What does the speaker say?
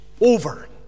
over